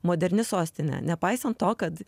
moderni sostinė nepaisant to kad